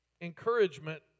encouragement